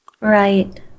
Right